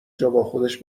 جاباخودش